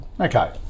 okay